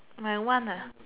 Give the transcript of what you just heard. my one lah